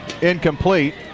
Incomplete